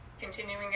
continuing